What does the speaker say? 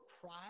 pride